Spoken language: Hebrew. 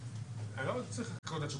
בבעיות, ואולי צריך להזכיר,